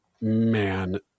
man